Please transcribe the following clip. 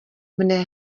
mne